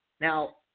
Now